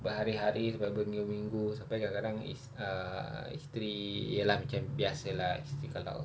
berhari-hari sampai berminggu-minggu sampai kadang-kadang is err isteri ya lah macam biasa lah isteri kalau